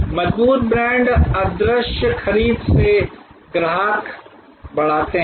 मजबूत ब्रांड अदृश्य खरीद के ग्राहक बढ़ाते हैं